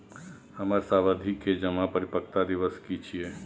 हमर सावधि जमा के परिपक्वता दिवस की छियै?